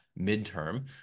midterm